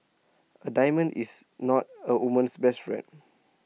A diamond is not A woman's best friend